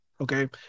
okay